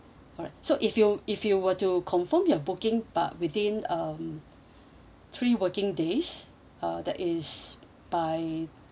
alright so if you if you were to confirm your booking about within um three working days uh that is by